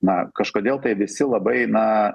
na kažkodėl tai visi labai na